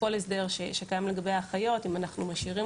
כל הסדר שקיים לגבי האחיות אם אנחנו משאירים